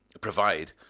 provide